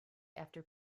after